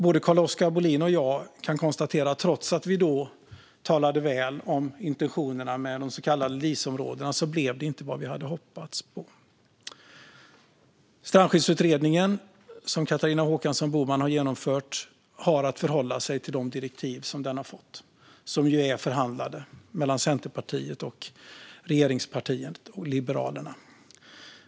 Både Carl-Oskar Bohlin och jag kan konstatera att trots att vi då talade väl om intentionerna med de så kallade LIS-områdena blev de inte vad vi hade hoppats på. Strandskyddsutredningen, som Catharina Håkansson Boman har genomfört, har att förhålla sig till de direktiv som den har fått och som ju är förhandlade mellan Centerpartiet, regeringspartierna och Liberalerna.